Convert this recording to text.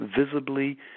visibly